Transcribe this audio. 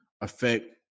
affect